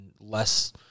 less